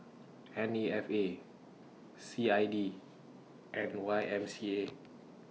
N A F A C I D and Y M C A